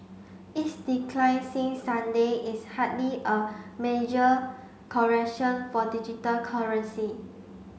its decline since Sunday is hardly a major correction for digital currency